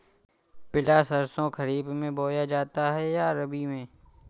पिला सरसो खरीफ में बोया जाता है या रबी में?